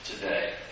today